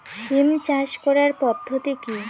সিম চাষ করার পদ্ধতি কী?